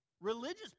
religious